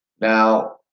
Now